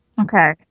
Okay